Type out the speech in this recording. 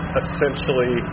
essentially